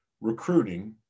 recruiting